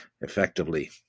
effectively